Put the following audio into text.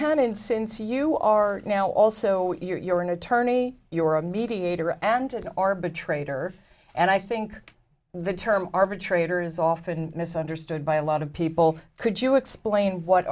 hanin since you are now also you're an attorney you are a mediator and an arbitrator and i think the term arbitrator is often misunderstood by a lot of people could you explain what